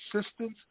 assistance